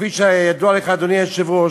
כפי שידוע לך, אדוני היושב-ראש,